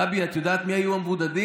גבי, את יודעת מי היו המבודדים?